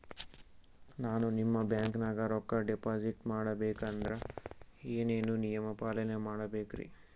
ನಾನು ನಿಮ್ಮ ಬ್ಯಾಂಕನಾಗ ರೊಕ್ಕಾ ಡಿಪಾಜಿಟ್ ಮಾಡ ಬೇಕಂದ್ರ ಏನೇನು ನಿಯಮ ಪಾಲನೇ ಮಾಡ್ಬೇಕ್ರಿ?